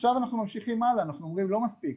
עכשיו אנחנו ממשיכים הלאה, אנחנו אומרים לא מספיק,